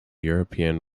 european